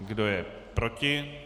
Kdo je proti?